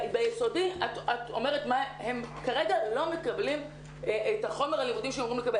ביסודי הם כרגע לא מקבלים את החומר הייעודי שהם אמורים לקבל.